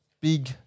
Big